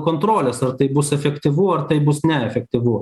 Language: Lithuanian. kontrolės ar tai bus efektyvu ar tai bus neefektyvu